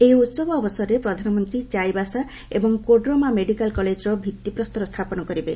ଏହି ଉହବ ଅବସରରେ ପ୍ରଧାନମନ୍ତ୍ରୀ ଚାଇବାସା ଏବଂ କୋଡରମା ମେଡିକାଲ୍ କଲେଜର ଭିଭିପ୍ରସ୍ତର ସ୍ଥାପନ କରିବେ